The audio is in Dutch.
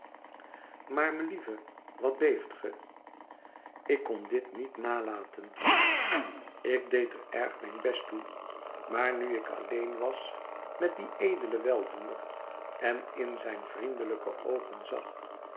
maar melieve wat beeft ge ik kon dit niet nalaten ik deed er erg mijn best toe maar nu ik alleen was met dien edelen weldoener en in zijne vriendelijke oogen zag